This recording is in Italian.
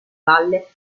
valle